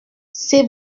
c’est